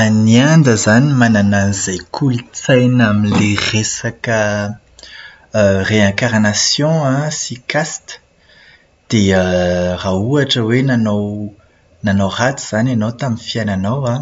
Any Inde izany manana an'izay kolotsaina amin'ilay resaka "réincarnation" sy "caste". Dia raha ohatra hoe nanao ratsy izany ianao tamin'ny fiainanao an,